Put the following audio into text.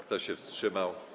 Kto się wstrzymał?